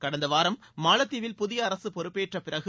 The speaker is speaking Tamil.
கடந்த வாரம் மாலத்தீவில் புதிய அரசு பொறுப்பேற்ற பிறகு